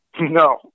No